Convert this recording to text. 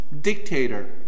dictator